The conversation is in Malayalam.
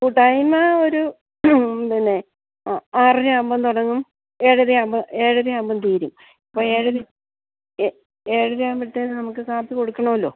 കൂട്ടായ്മ ഒരു പിന്നെ ആറ് അര ആവുമ്പോൾ തുടങ്ങും ഏഴ് അര ആവുമ്പോൾ ഏഴ് അര ആവുമ്പോൾ തീരും അപ്പോൾ ഏഴ് അര ആകുമ്പോഴത്തേക്കും നമുക്ക് കാപ്പി കൊടുക്കണമല്ലോ